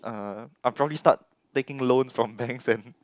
uh I'll probably start taking loans from banks and